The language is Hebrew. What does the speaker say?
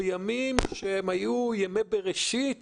בימים שהם היו ימי בראשית